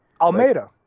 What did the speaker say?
Almeida